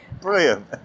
Brilliant